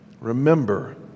remember